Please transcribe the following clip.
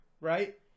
right